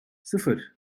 sıfır